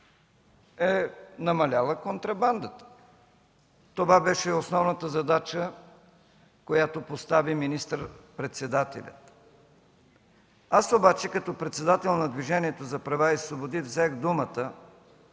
е намаляла контрабандата. Това беше основната задача, която постави министър-председателят. Аз обаче, като председател на Движението за права и свободи, взех думата,